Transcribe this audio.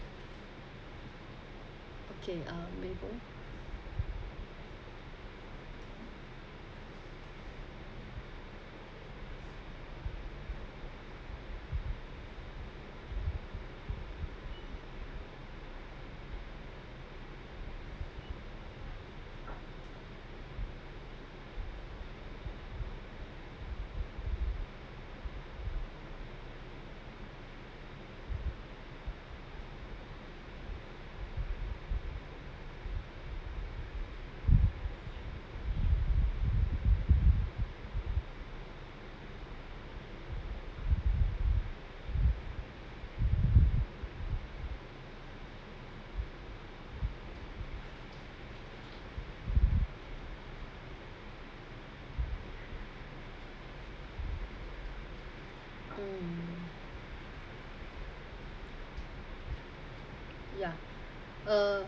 K uh mable uh